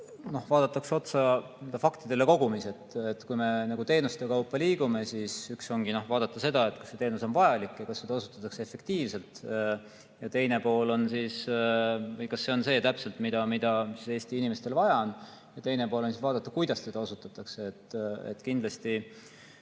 vaadatakse otsa faktidele kogumis. Kui me teenuste kaupa liigume, siis üks asi ongi vaadata seda, kas see teenus on vajalik ja kas seda osutatakse efektiivselt, ja teine pool on, kas see on täpselt see, mida Eesti inimestel vaja on. Teine pool on ka vaadata, kuidas seda osutatakse. Saan kindlasti